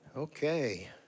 Okay